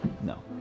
no